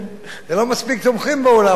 זה לא מספיק תומכים באולם הזה.